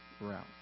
route